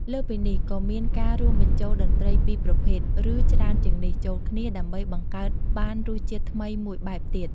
លើសពីនេះ ក៏មាន ការរួមបញ្ចូលតន្ត្រីពីរប្រភេទ ឬ ច្រើនជាងនេះ ចូលគ្នា ដើម្បី បង្កើតបានរសជាតិថ្មីមួយបែបទៀត។